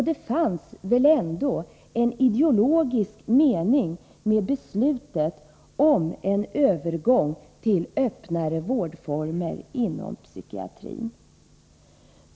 Det fanns väl ändå en ideologisk mening med beslutet om en övergång till öppnare vårdformer inom psykiatrin?